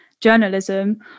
journalism